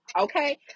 okay